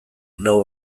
lau